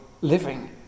living